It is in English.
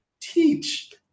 teach